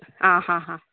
आ हां हां